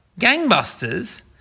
gangbusters